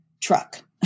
truck